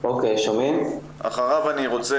אני רוצה